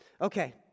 Okay